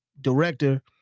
director